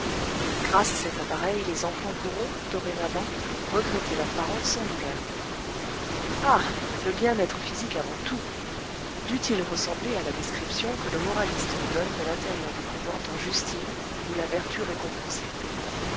grâce à cet appareil les enfants pourront dorénavant regretter leurs parents sans douleur ah le bien-être physique avant tout dût-il ressembler à la description que le moraliste nous donne de l'intérieur du couvent dans justine ou la vertu récompensée